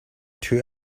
two